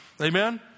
Amen